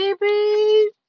baby